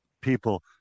people